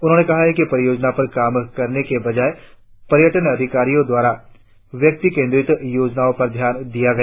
उन्होंने कहा कि परियोजनाओं पर काम करने के बजाय पर्यटन अधिकारियों द्वारा व्यक्ति केंद्रित योजनाओं पर ध्यान दिया गया